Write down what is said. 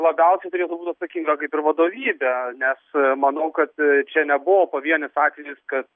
labiausiai turėtų būti atsakinga kaip ir vadovybė nes manau kad čia nebuvo pavienis atvejis kad